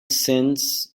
sends